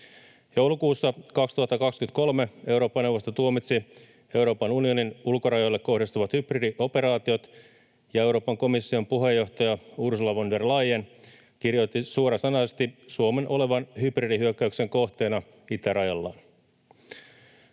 Joulukuussa 2023 Eurooppa-neuvosto tuomitsi Euroopan unionin ulkorajoille kohdistuvat hybridioperaatiot ja Euroopan komission puheenjohtaja Ursula von der Leyen kirjoitti suorasanaisesti Suomen olevan hybridihyökkäyksen kohteena itärajallaan.”